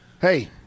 Hey